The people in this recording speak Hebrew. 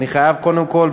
אני חייב קודם כול,